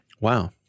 Wow